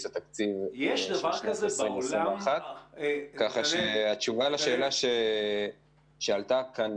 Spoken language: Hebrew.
התקציב בשנת 2021. התשובה לשאלה שעלתה כאן,